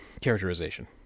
Characterization